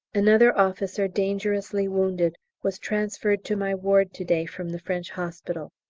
another officer dangerously wounded was transferred to my ward to-day from the french hospital.